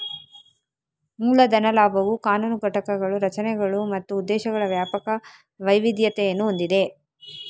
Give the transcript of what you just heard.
ಮೂಲ ಧನ ಲಾಭವು ಕಾನೂನು ಘಟಕಗಳು, ರಚನೆಗಳು ಮತ್ತು ಉದ್ದೇಶಗಳ ವ್ಯಾಪಕ ವೈವಿಧ್ಯತೆಯನ್ನು ಹೊಂದಿದೆ